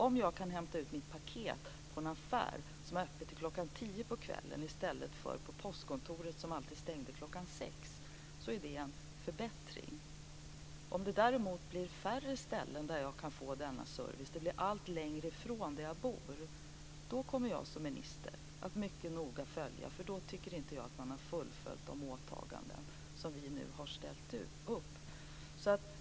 Om jag kan hämta ut mitt paket i en affär som har öppet till klockan tio på kvällen i stället för på postkontoret, som alltid stänger klockan sex, så är det en förbättring. Om det däremot blir färre ställen där jag kan få denna service, om det blir allt längre ifrån där jag bor, då kommer jag som minister att följa detta mycket noga. Då tycker jag inte att man har fullföljt de åtaganden som vi nu har ställt upp.